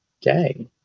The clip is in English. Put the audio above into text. day